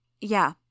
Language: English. Yeah